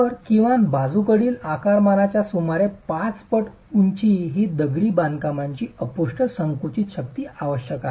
तर किमान बाजूकडील आकारमानाच्या सुमारे 5 पट उंची ही दगडी बांधकामांची अपुष्ट संकुचित शक्ती आवश्यक आहे